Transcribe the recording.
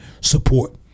support